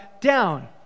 down